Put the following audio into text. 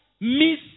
miss